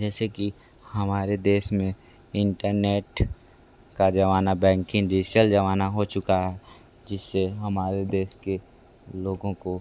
जैसे कि हमारे देश में इंटरनेट का ज़माना बैंकिंग डिजिटल ज़माना हो चुका है जिस से हमारे देश के लोगों को